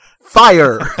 fire